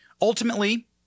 Ultimately